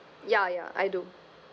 ya ya I do